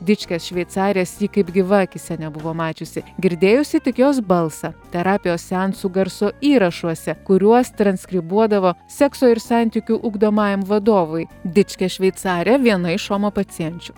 dičkės šveicarės ji kaip gyva akyse nebuvo mačiusi girdėjusi tik jos balsą terapijos seansų garso įrašuose kuriuos transkribuodavo sekso ir santykių ugdomajam vadovui dičkė šveicarė viena iš romo pacienčių